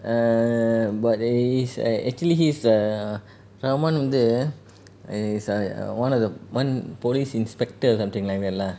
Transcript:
err but it is a~ actually he's a Rahman வந்து:ragumaan vanthu err is a a one of the one police inspector or something like that lah